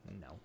No